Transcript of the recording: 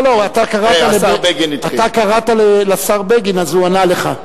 אתה קראת לשר בגין, אז הוא ענה לך.